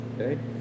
Okay